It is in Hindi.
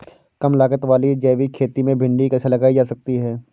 कम लागत वाली जैविक खेती में भिंडी कैसे लगाई जा सकती है?